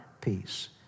peace